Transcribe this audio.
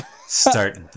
start